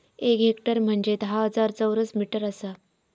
एक हेक्टर म्हंजे धा हजार चौरस मीटर आसा